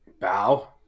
Bow